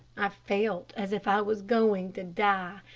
i felt as if i was going to die,